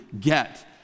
get